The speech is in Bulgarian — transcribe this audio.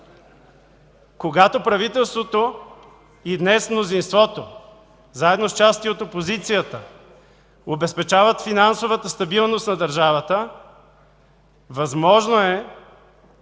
когато правителството и днес мнозинството, заедно с части от опозицията, обезпечават финансовата стабилност на държавата, възможно е